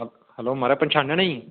hello म्हाराज पंछानेआ नी